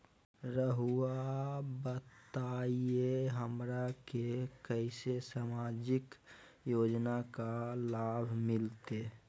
रहुआ बताइए हमरा के कैसे सामाजिक योजना का लाभ मिलते?